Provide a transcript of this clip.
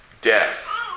Death